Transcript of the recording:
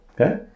Okay